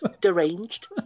deranged